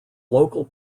local